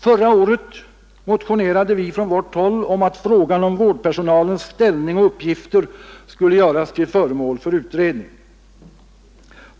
Förra året motionerade vi från vårt håll om att frågan om vårdpersonalens ställning och uppgifter skulle göras till föremål för utredning.